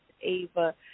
Ava